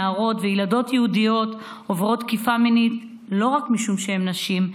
ילדים ונערות יהודיות שעוברות תקיפה מינית לא רק משום שהן נשים,